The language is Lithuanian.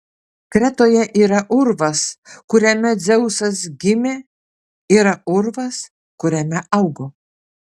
kretoje yra urvas kuriame dzeusas gimė yra urvas kuriame augo